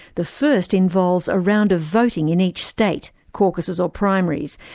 the first involves a round of voting in each state, caucuses or primaries,